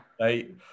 Right